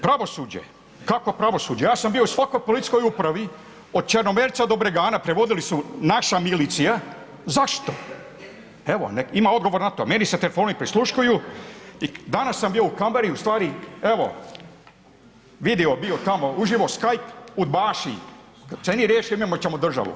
Pravosuđe, kakvo pravosuđe ja sam bio u svakoj policijskog upravi od Črnomerca do Bregane prevodili su naša milicija, zašto, evo ima odgovor na to, meni se telefoni prisluškuju i danas sam bio u Canberri u stvari, vidio bio tamo uživo skype udbaši kad se njih riješimo imat ćemo državu.